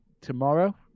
Tomorrow